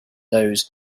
those